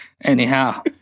Anyhow